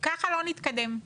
ככה לא נתקדם.